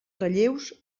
relleus